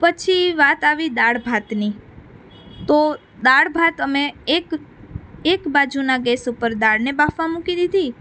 પછી વાત આવી દાળ ભાતની તો દાળ ભાત અમે એક એક બાજુનાં ગેસ ઉપર દાળને બાફવાં મૂકી દીધી